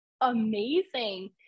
amazing